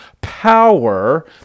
power